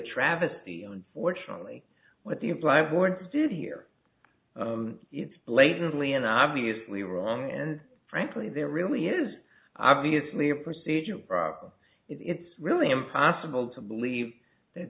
travesty unfortunately what the imply board did here it's blatantly and obviously wrong and frankly there really is obviously a procedural problem it's really impossible to believe that